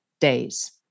days